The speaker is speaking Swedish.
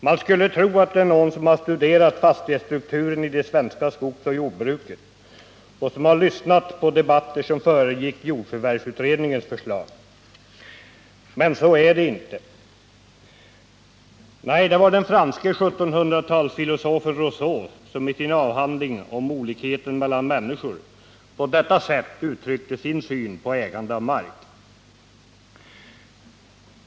Man skulle kunna tro att det är någon som har studerat fastighetsstrukturen i det svenska skogsoch jordbruket och som har lyssnat på debatter som föregick jordförvärvsutredningens förslag. Men så är det inte. Nej, det var den franske 1700-talsfilosofen Rousseau, som i sin avhandling Olikheten mellan människor på detta sätt uttryckte sin syn på ägandet av mark.